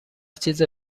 چیز